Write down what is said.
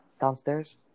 downstairs